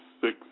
six